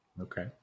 Okay